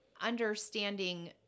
understanding